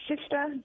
sister